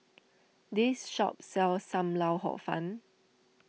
this shop sells Sam Lau Hor Fun